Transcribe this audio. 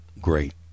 great